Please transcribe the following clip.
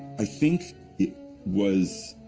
i think it was